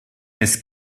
des